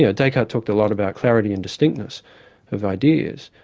yeah descartes talked a lot about clarity and distinctness of ideas,